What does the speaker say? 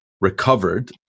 recovered